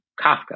Kafka